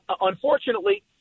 Unfortunately